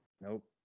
Nope